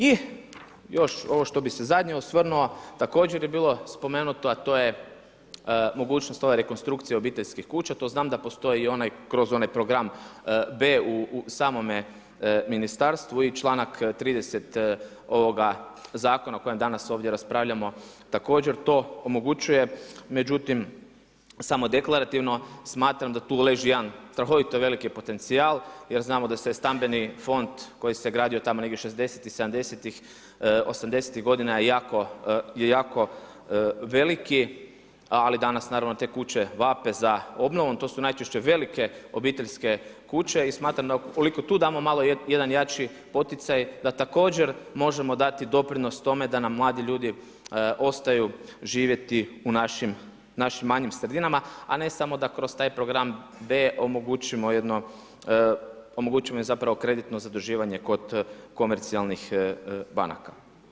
I još ovo što bih se zadnje osvrnuo, također je bilo spomenuto, a to je mogućnost ove rekonstrukcije obiteljskih kuća, to znam da postoji i kroz onaj program B u samome ministarstvu i članak 30. ovoga zakona o kojem danas ovdje raspravljamo, također to omogućuje, međutim samo deklarativno, smatram da tu leži jedan strahovito veliki potencijal jer znamo da se stambeni fond koji se gradio tamo negdje '60ih, '70ih, '80ih godina je jako veliki, ali danas naravno te kuće vape za obnovom, to su najčešće velike obiteljske kuće i smatram da ukoliko tu damo jedan malo jači poticaj, da također možemo dati doprinos tome da nam mladi ljudi ostaju živjeti u našim manjim sredinama, a ne samo da kroz taj program B omogućimo kreditno zaduživanje kod komercijalnih banaka.